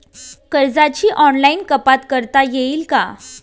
कर्जाची ऑनलाईन कपात करता येईल का?